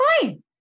fine